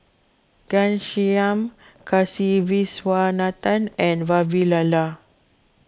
Ghanshyam Kasiviswanathan and Vavilala